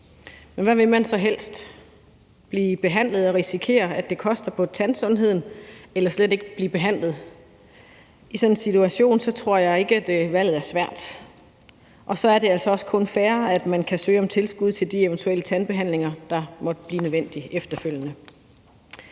Og hvad vil man så helst? Blive behandlet og risikere, at det koster på tandsundheden, eller vil man slet ikke blive behandlet? I sådan en situation tror jeg ikke, at valget er svært. Og så er det altså også kun fair, at man kan søge om tilskud til de eventuelle tandbehandlinger, der måtte blive nødvendige efterfølgende.